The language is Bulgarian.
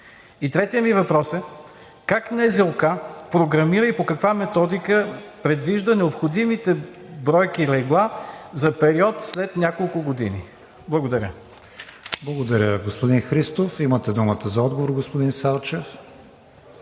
И третият ми въпрос е: как НЗОК програмира и по каква методика предвижда необходимите бройки легла за период след няколко години? Благодаря. ПРЕДСЕДАТЕЛ КРИСТИАН ВИГЕНИН: Благодаря, господин Христов. Имате думата за отговор, господин Салчев.